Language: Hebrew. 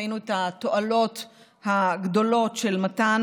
ראינו את התועלות הגדולות של מתן